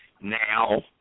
now